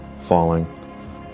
falling